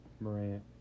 Morant